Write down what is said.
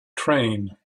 train